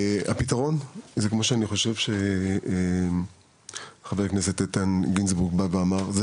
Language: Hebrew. הפתרון הוא כמו שאני חושב שחבר הכנסת איתן גינזבורג אמר לפניי,